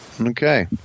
okay